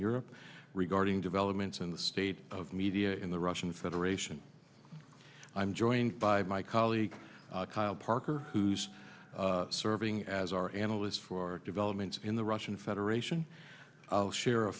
europe regarding developments in the state of media in the russian federation i'm joined by my colleague parker who's serving as our analysts for developments in the russian federation i'll share a